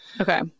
Okay